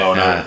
no